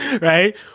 right